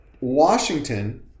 Washington